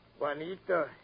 Juanito